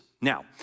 now